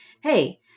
Hey